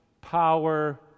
power